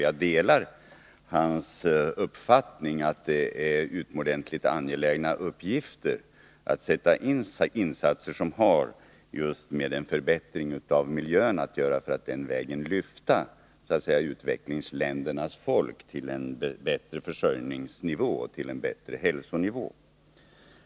Jag delar hans uppfattning att det är utomordentligt angeläget att sätta in insatser som har just med en förbättring av miljön att göra, så att man den vägen kan lyfta utvecklingsländernas folk till en bättre försörjningsnivå och en bättre hälsonivå.